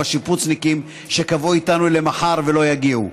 בשיפוצניקים שקבעו איתנו למחר ולא יגיעו.